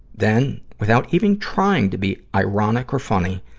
then, without even trying to be ironic or funny,